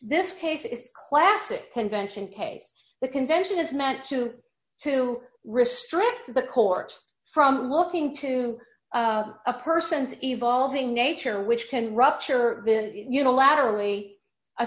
this case is classic convention case the convention has meant to to restore back to the court from looking to a person's evolving nature which can rupture unilaterally